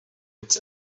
its